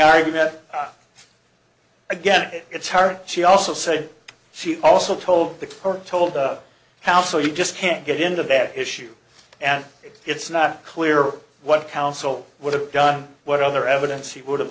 argument again it's hard she also said she also told the court told the house so you just can't get into that issue and it's not clear what counsel would have done what other evidence he would